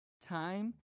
time